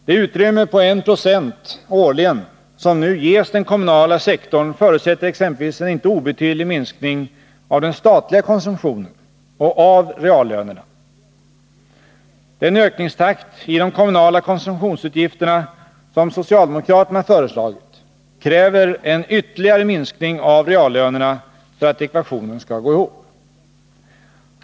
Det utrymme på 1 92 årligen som nu ges den kommunala sektorn förutsätter exempelvis en inte obetydlig minskning av den statliga konsumtionen och av reallönerna. Den ökningstakt i de kommunala konsumtionsutgifterna som socialdemokraterna föreslagit kräver en ytterligare minskning av reallönerna för att ekvationen skall gå ihop.